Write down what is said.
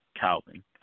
Calvin